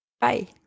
bye